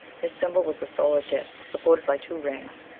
his symbol was the solar disk, supported by two rings.